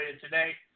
today